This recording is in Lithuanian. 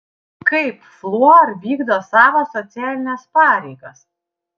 kaip fluor vykdo savo socialines pareigas